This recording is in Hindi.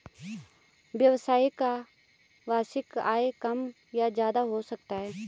व्यवसायियों का वार्षिक आय कम या ज्यादा भी हो सकता है